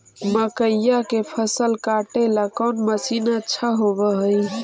मकइया के फसल काटेला कौन मशीन अच्छा होव हई?